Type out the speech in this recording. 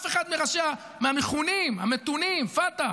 אף אחד מראשי המכונים המתונים, פת"ח,